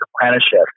apprenticeship